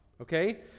okay